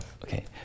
Okay